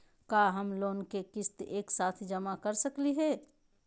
का हम लोन के किस्त एक साथ जमा कर सकली हे?